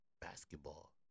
basketball